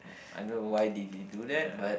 I don't know why did he do that but